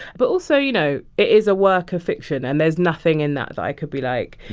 but also, you know, it is a work of fiction. and there's nothing in that that i could be like.